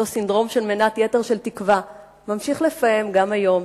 אותו סינדרום של מנת יתר של תקווה ממשיך לפעם גם היום.